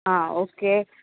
okay